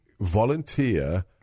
Volunteer